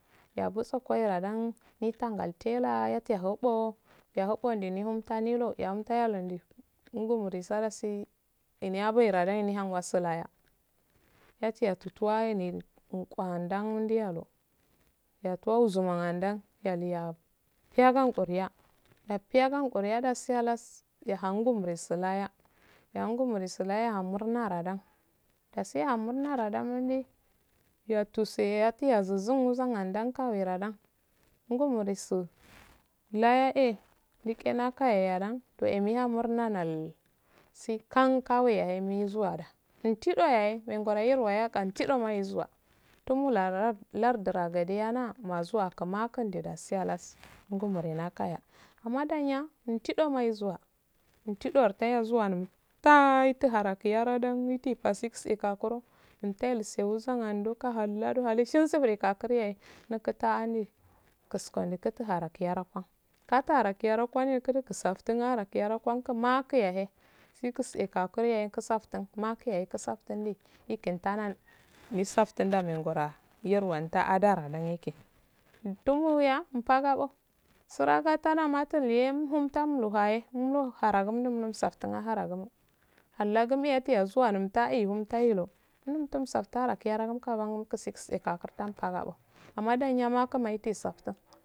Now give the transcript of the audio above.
Yabuso kuiraddan mittan sal tel yatu ye hub yehubo ndumi umta limo yalutanoldu ngo ndumuri so dasi dana boradan nehasun laya yatu yatu twaye na waddan ndiyalu yatu anzumadan zumaddan uagahakurah yagi yahn kungiyan dasi hallas hhan ngumuri si laya ehun ngumuri su laya shun ngummuri su laya ah murnaana dan dasu ehun murnna dan diu etuse yatu yatuzaunn zun muzandda awerddan doh eh mi haun murna nol nste hkka weyaye mizuwandan ttilo yayeh mengar yerwa antimo na ezzzuwa tumula lardu lardu ya gadiya na mazuwa gu maku dasi hallasu ngumuri nakayahhamma dayya ntidom izuwa inter do ye zuwa lum ttah yaturharakan yaradan mitiyahatsisi eh ka kuro emttchel sselususu kalla doh halo shensi wukakure mukatah ne kusso kustukare yaropha katali hanap yaapha nekudaa sufsaftun yaharaku yaki gu maku yahay suku si eka khure gu safttun maku yahey gu saftun maku yahey gu safttun din ikun yarwnda adan rnga egeh ndumeya inmbasabo asura sata da matuideya ummu ndalmhum tahyeh wullahye umluaragu gu mudum saftun aharagum hallagum meyatuwazuma mtta imtahiles umdun safttun